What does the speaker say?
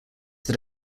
that